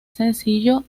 sencillo